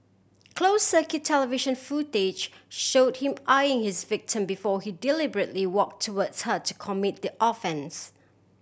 close circuit television footage showed him eyeing his victim before he deliberately walk towards her to commit the offence